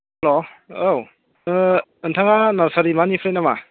hello औ नोंथाङा nursery माबानिफ्राय नामा